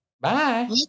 Bye